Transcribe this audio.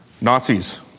Nazis